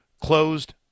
closed